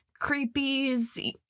creepies